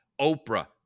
Oprah